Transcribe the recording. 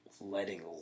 letting